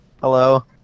Hello